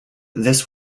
this